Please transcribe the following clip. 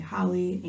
Holly